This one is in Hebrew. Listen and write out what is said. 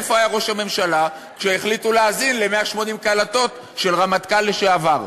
איפה היה ראש הממשלה כשהחליטו להאזין ל-180 קלטות של רמטכ"ל לשעבר?